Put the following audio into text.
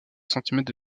centimètres